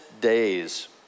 days